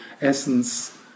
essence